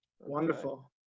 Wonderful